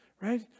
right